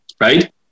right